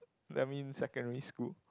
that means secondary school